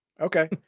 Okay